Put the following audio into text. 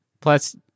Plus